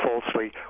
falsely